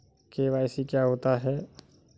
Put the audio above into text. KYC क्या होता है?